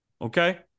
Okay